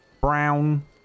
brown